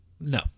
No